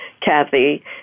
Kathy